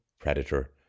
predator